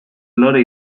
lore